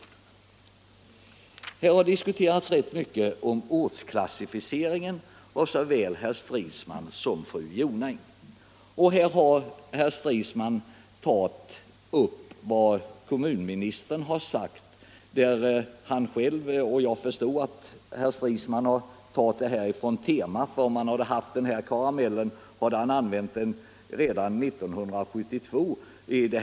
Såväl herr Stridsman som fru Jonäng har rätt mycket diskuterat ortsklassificeringen. Herr Stridsman har tagit upp vad kommunministern har sagt. Jag förstår att herr Stridsman har detta från tidningen Tema. Om han hade haft den här karamellen förut hade han använt den redan 1972.